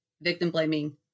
victim-blaming